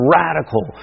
radical